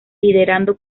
liderado